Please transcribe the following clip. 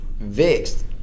vexed